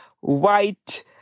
white